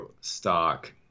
stock